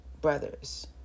brothers